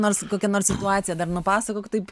nors kokią nors situaciją dar nupasakok taip